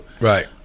right